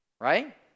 right